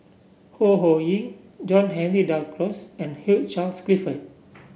Ho Ho Ying John Henry Duclos and Hugh Charles Clifford